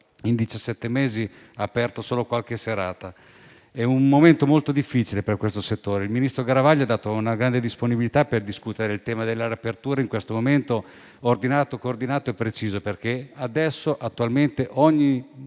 in 17 mesi ha aperto solo per qualche serata. È un momento molto difficile per questo settore. Il ministro Garavaglia ha dato una grande disponibilità per discutere il tema di una riapertura, in questo momento, ordinata, coordinata e precisa. Attualmente, ogni